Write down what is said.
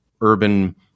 urban